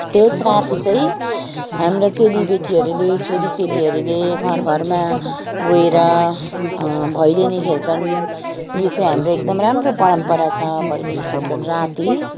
त्यस राति चाहिँ हाम्रो चेली बेटीहरूले छोरी चेलीहरूले घर घरमा गएर भैलिनी खेल्छन् यो चाहिँ हाम्रो एकदम राम्रो परम्परा छ भैलिनी खेल्छन् राति